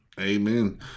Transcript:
Amen